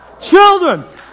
Children